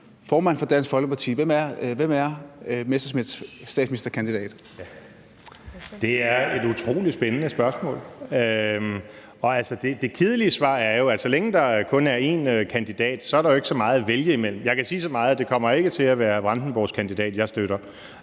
Værsgo. Kl. 16:43 Morten Messerschmidt (DF) : Det er et utrolig spændende spørgsmål. Det kedelige svar er jo, at så længe der kun er én kandidat, er der jo ikke så meget at vælge mellem. Jeg kan sige så meget, at det ikke kommer til at være hr. Bjørn Brandenborgs kandidat, jeg støtter.